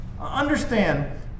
Understand